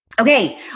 Okay